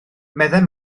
meddai